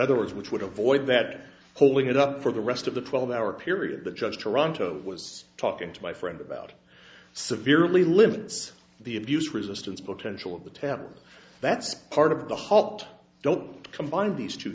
other words which would avoid that holding it up for the rest of the twelve hour period the judge toronto was talking to my friend about it severely limits the abuse resistance potential of the temple that's part of the hot don't combine these two